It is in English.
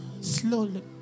slowly